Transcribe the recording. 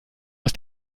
aus